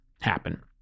happen